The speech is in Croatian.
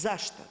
Zašto?